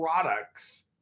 products